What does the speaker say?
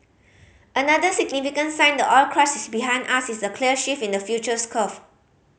another significant sign the oil crash is behind us is the clear shift in the futures curve